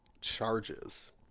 charges